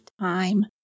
time